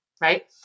right